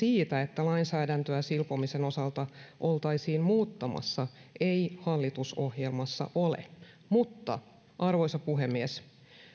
siitä että lainsäädäntöä silpomisen osalta oltaisiin muuttamassa ei hallitusohjelmassa ole mutta arvoisa puhemies